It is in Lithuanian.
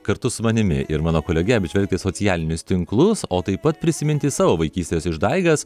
kartu su manimi ir mano kolege apžvelgti socialinius tinklus o taip pat prisiminti savo vaikystės išdaigas